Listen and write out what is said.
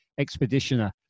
expeditioner